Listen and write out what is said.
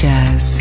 Jazz